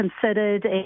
considered